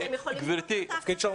אתם יכולים לבקר את ההחלטה.